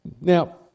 Now